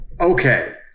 Okay